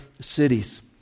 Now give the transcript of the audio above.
cities